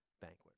banquet